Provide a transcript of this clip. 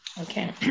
Okay